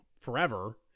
forever